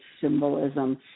symbolism